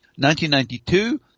1992